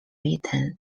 written